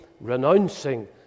renouncing